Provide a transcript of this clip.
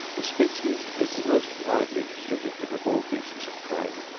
the species is the most widely distributed of all beasts of prey,